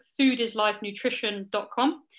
foodislifenutrition.com